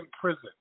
prison